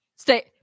Stay